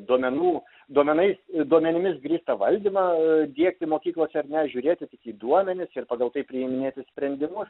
duomenų duomenais duomenimis grįstą valdymą diegti mokyklose ar ne žiūrėti tik į duomenis ir pagal tai priiminėti sprendimus